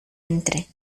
entre